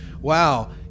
wow